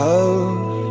Love